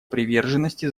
приверженности